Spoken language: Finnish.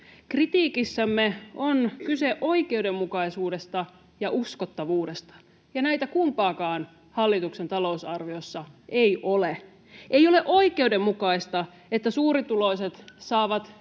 Kritiikissämme on kyse oikeudenmukaisuudesta ja uskottavuudesta, ja näitä kumpaakaan hallituksen talousarviossa ei ole. Ei ole oikeudenmukaista, että suurituloiset saavat